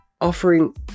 offering